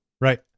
Right